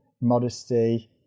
modesty